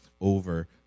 over